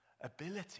ability